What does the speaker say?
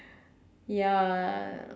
ya